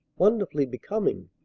wonderfully becoming,